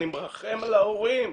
אני מרחם על ההורים.